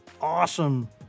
awesome